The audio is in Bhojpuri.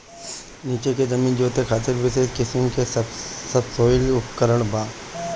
नीचे के जमीन जोते खातिर विशेष किसिम के सबसॉइल उपकरण बा